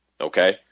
Okay